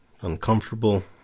uncomfortable